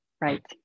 Right